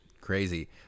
Crazy